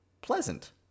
pleasant